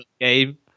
game